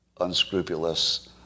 unscrupulous